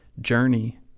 journey